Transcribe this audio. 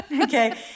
Okay